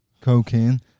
Cocaine